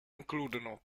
includono